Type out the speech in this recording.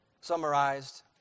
Summarized